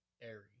airy